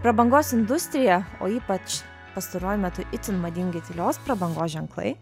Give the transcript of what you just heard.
prabangos industrija o ypač pastaruoju metu itin madingi tylios prabangos ženklai